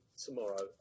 tomorrow